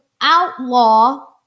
outlaw